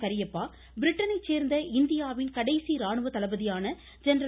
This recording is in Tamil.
கரியப்பா பிரிட்டனைச் சேர்ந்த இந்தியாவின் கடைசி ராணுவ தளபதியான ஜென்ரல்